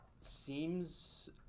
seems